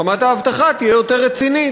רמת האבטחה תהיה יותר רצינית.